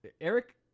Eric